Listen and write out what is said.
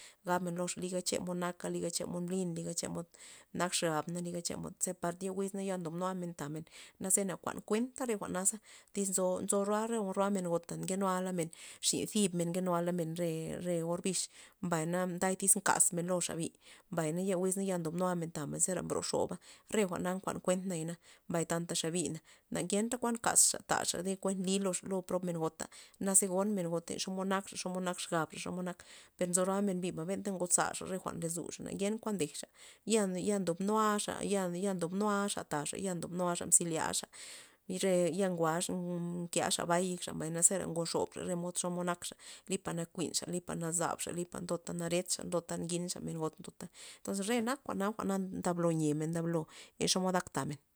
Gabmen loxa liga naka liga chemod mblyn liga chemod nak xabna liga chemod par ye wiz ndob nulamen tamen naze na kuan kuenta jwa'naza, tyz nzo- nzo roamen nzo roamen gota na nkenu amen xin zibmen nkenulamen re- re or biz mbay na tyz nkazna loxa mi mbay na ye wiz ya ndob nula men tamen zera bro xoba re jwa'na nkuan kuent naya, mbay tanta xabina na ngenta kuan kasxa taxa thi kuen li lo pro lo men gota naze gon men gota gota xomod nakxa xomod nak xabxa xomod nak per nzo roa men biba benta ngoza re jwa'n lazuxa ngenta kuan ndejxa ya ndobnua xa ya- ya ndobnuaxa taxa ya ndobluxa mzelyaxa re ya ngoalaxa mkela xa bay yekxa zera ngoxobxa xomod nakxa lipa nakunxa lipa nazabxa lipa naretxa ndota nginxa men got entonzes re nak jwa'na ndablo nyemen ndablo len xomod nak tamen